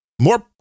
more